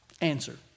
answer